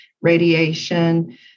radiation